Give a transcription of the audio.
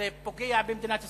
זה פוגע במדינת ישראל,